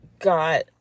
got